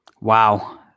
Wow